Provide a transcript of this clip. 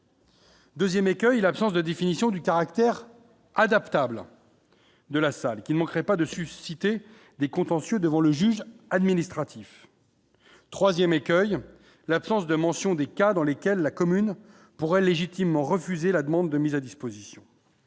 2ème écueil, l'absence de définition du caractère adaptable de la salle qui ne manquerait pas de susciter des contentieux devant le juge administratif 3ème écueil, l'absence de mention des cas dans lesquels la commune pourrait légitimement refuser la demande de mise à disposition